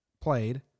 played